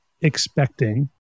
expecting